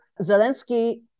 Zelensky